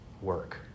work